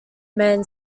mann